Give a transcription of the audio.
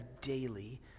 daily